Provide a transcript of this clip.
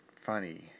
funny